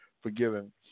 forgiven